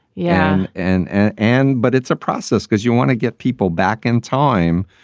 yeah. and and and but it's a process because you want to get people back in time.